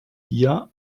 hier